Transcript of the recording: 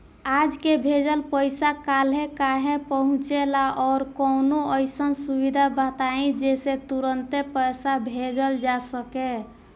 आज के भेजल पैसा कालहे काहे पहुचेला और कौनों अइसन सुविधा बताई जेसे तुरंते पैसा भेजल जा सके?